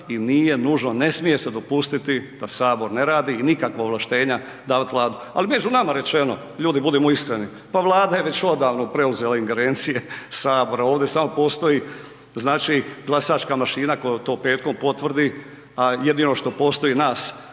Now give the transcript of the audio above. i nije nužno, ne smije se dopustiti da Sabor ne radi, i nikakva ovlaštenja davat Vladi, ali među nama rečeno, ljudi budimo iskreni, pa Vlada je već odavno preuzela ingerencije Sabora, ovdje samo postoji znači glasačka mašina koja to petkom potvrdi, a jedino što postoji nas